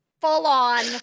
full-on